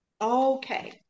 Okay